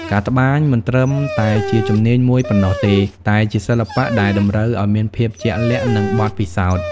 ការត្បាញមិនត្រឹមតែជាជំនាញមួយប៉ុណ្ណោះទេ តែជាសិល្បៈដែលតម្រូវឲ្យមានភាពជាក់លាក់ និងបទពិសោធន៍។